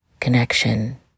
connection